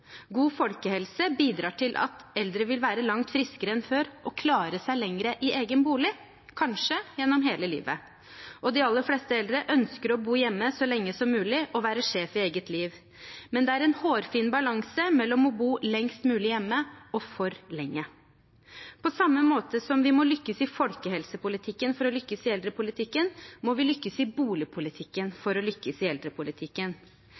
God folkehelse bidrar til at eldre vil være langt friskere enn før og klare seg lenger i egen bolig, kanskje gjennom hele livet. De aller fleste eldre ønsker å bo hjemme så lenge som mulig og være sjef i eget liv. Men det er en hårfin balanse mellom å bo lengst mulig hjemme og for lenge. På samme måte som vi må lykkes i folkehelsepolitikken for å lykkes i eldrepolitikken, må vi lykkes i boligpolitikken for å lykkes i eldrepolitikken.